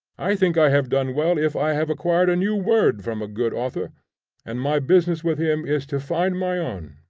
i think i have done well if i have acquired a new word from a good author and my business with him is to find my own,